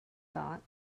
thought